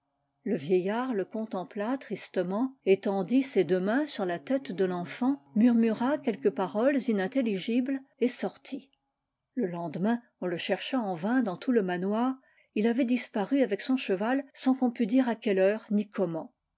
le vieillard le contempla tristement étendit ses deux mains sur la tête de l'enfant murmura quelques paroles inintelligibles et sortit le lendemain on le chercha en vain dans tout le manoir il avait disparu avec son cheval sans qu'on pût dire à quelle heure ni comment